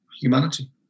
humanity